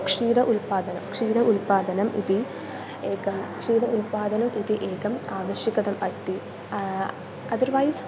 क्षीरम् उत्पादनं क्षीर उत्पादनम् इति एकं क्षीरं उत्पादनम् इति एकम् आवश्यकम् अस्ति अदर्वैस्